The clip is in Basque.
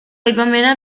aipamena